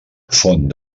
font